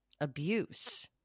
abuse